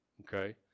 okay